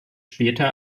später